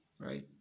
right